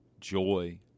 joy